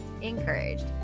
encouraged